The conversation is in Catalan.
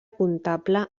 comptable